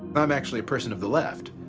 i'm actually a person of the left,